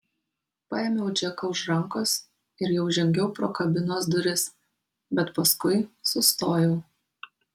paėmiau džeką už rankos ir jau žengiau pro kabinos duris bet paskui sustojau